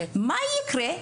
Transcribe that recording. מה יקרה?